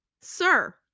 sir